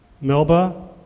Melba